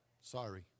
Sorry